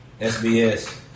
sbs